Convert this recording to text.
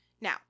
Now